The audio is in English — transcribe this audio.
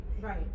Right